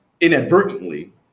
inadvertently